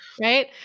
Right